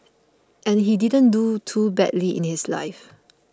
and he didn't do too badly in his life